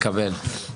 מקבל.